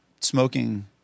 Smoking